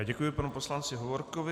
Děkuji panu poslanci Hovorkovi.